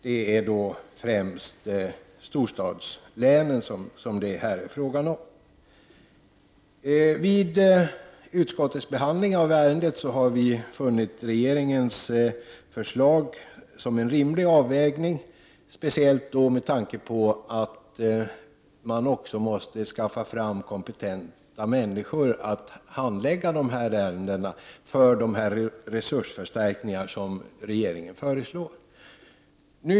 Det är då främst fråga om storstadslänen. Vid utskottets behandling av ärendet har vi funnit regeringens förslag vara en rimlig avvägning, speciellt med tanke på att man också måste skaffa fram kompetent personal som kan handlägga de ärenden som rör de resursförstärkningar som regeringen föreslår.